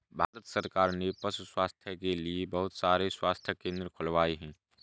भारत सरकार ने पशु स्वास्थ्य के लिए बहुत सारे स्वास्थ्य केंद्र खुलवाए हैं